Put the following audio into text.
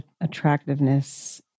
attractiveness